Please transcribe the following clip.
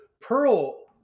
Pearl